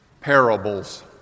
parables